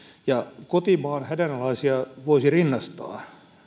ja kotimaan hädänalaisia voisi rinnastaa